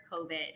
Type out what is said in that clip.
COVID